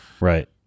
Right